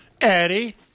Eddie